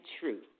true